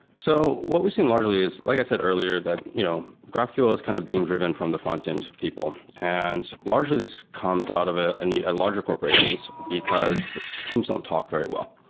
so what we've seen largely is like i said earlier, that you know graphql is kind of being driven from the frontend people, and largely this comes out of ah larger corporations because teams don't talk very well.